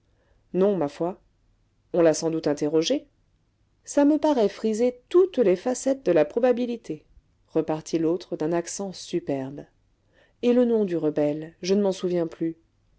non ma foi on l'a sans doute interrogé ça me paraît friser toutes les facettes de la probabilité repartit l'autre d'un accent superbe et le nom du rebelle je ne m'en souviens plus